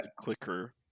clicker